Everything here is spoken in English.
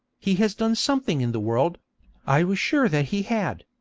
he has done something in the world i was sure that he had.